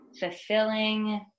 fulfilling